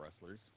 wrestlers